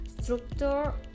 structure